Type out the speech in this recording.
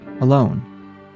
alone